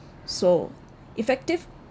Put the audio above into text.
so effective